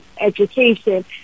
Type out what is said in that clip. education